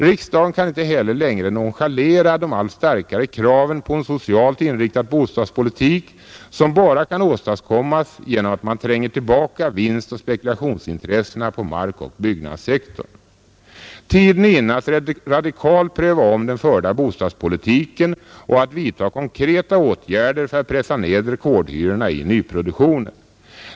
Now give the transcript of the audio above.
Riksdagen kan inte heller längre nonchalera de allt starkare kraven på en socialt inriktad bostadspolitik, som bara kan åstadkommas genom att man tränger tillbaka vinstoch spekulationsintressena på markoch byggnadssektorn. Tiden är inne att radikalt pröva om den förda bostadspolitiken och att vidta konkreta åtgärder för att pressa ned rekordhyrorna i nyproduktionen.